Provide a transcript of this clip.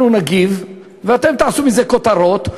אנחנו נגיב ואתם תעשו מזה כותרות,